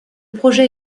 projet